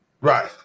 Right